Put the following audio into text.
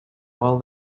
while